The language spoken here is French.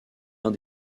l’un